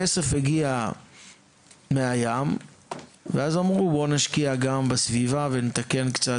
הכסף הגיע מהים ואז אמרו בוא נשקיע גם בסביבה ונתקן קצת